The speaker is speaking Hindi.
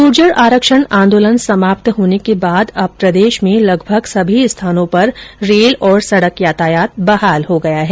गुर्जर आरक्षण आंदोलन समाप्त होने के बाद अब प्रदेश में लगभग सभी स्थानों पर रेल और सड़क ्यातायात बहाल हो गया है